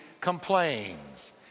complains